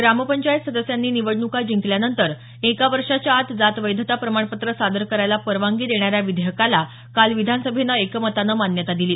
ग्रामपंचायत सदस्यांनी निवडण्का जिंकल्यानंतर एका वर्षाच्या आत जात वैधता प्रमाणपत्र सादर करायला परवानगी देणाऱ्या विधेयकाला काल विधानसभेनं एकमतानं मान्यता दिली